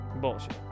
bullshit